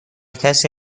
کسی